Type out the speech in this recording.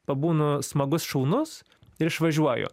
pabūnu smagus šaunus ir išvažiuoju